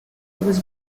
was